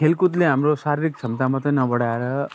खेलकुदले हाम्रो शारीरिक क्षमता मात्रै नबढाएर